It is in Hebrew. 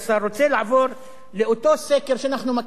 אני רוצה לעבור לאותו סקר שאנחנו מכירים,